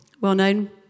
well-known